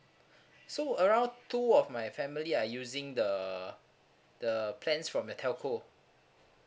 so around two of my family are using the the plans from your telco